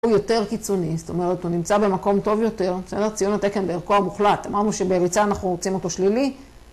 הוא יותר קיצוני, זאת אומרת, הוא נמצא במקום טוב יותר, ציון התקן כאן בערכו המוחלט, אמרנו שבממוצע אנחנו רוצים אותו שלילי.